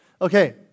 Okay